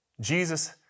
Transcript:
Jesus